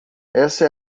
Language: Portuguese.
essa